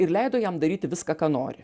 ir leido jam daryti viską ką nori